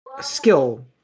skill –